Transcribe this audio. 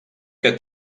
que